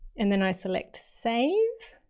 and then i select, save.